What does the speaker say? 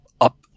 up